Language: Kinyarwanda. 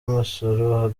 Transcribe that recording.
masoro